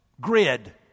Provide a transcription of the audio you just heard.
grid